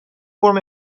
فرم